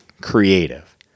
Creative